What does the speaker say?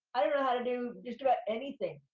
i don't know how to do just about anything,